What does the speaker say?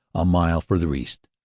a mile further east.